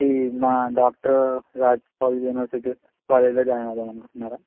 అది ఈ మా doctor Raj Paul university engineering college లో జాయిన్ అవుదాం అనుకుంటున్నారా